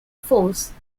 force